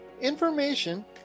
information